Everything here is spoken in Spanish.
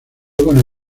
con